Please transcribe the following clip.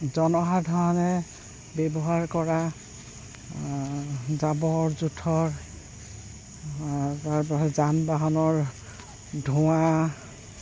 জনসাধাৰণে ব্যৱহাৰ কৰা জাবৰ জোঁথৰ তাৰপাছত যান বাহনৰ ধোঁৱা